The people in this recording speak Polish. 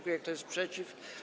Kto jest przeciw?